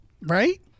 right